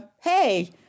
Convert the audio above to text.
hey